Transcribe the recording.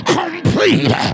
complete